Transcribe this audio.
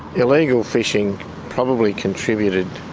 illegal fishing probably contributed